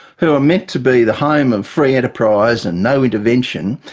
who are meant to be the home of free enterprise and no intervention,